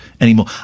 anymore